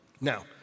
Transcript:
Now